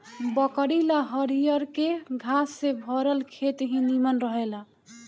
बकरी ला हरियरके घास से भरल खेत ही निमन रहेला